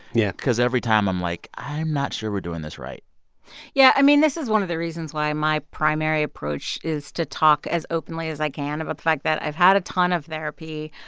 yeah. because every time i'm like, i am not sure we're doing this right yeah. i mean, this is one of the reasons why my primary approach is to talk as openly as i can about the fact that i've had a ton of therapy.